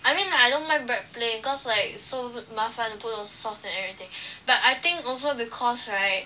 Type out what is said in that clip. I mean I don't like bread plain cause like so 麻烦 to put a sauce and everything but I think also because right